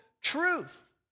truth